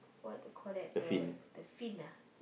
what they call that the the fin ah